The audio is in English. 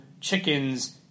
chickens